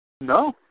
No